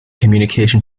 communication